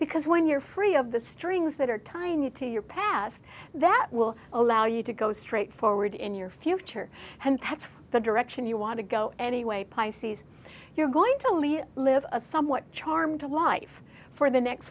because when you're free of the strings that are tying you to your past that will allow you to go straight forward in your future and that's the direction you want to go anyway pisces you're going to leave live a somewhat charmed life for the next